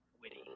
Witty